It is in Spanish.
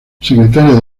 secretaría